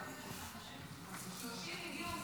30 הגיעו,